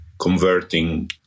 converting